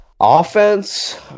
offense